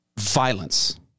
Violence